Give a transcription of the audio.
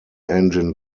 engine